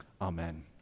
Amen